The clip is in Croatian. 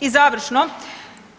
I završno